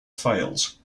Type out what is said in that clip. fails